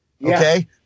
Okay